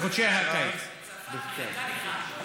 צרפת מחכה לך עוד מעט.